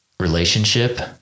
relationship